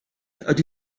ydy